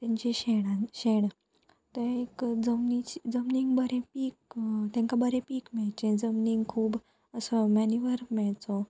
तेंच्या शेणान शेण ते एक जमनीचे जमनीक बरें पीक तेंकां बरें पीक मेळचें जमनीक खूब असो मॅनीवर मेळचो